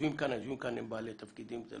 יש